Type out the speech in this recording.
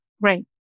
Right